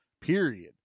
period